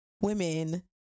Women